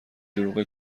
دروغ